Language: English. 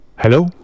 Hello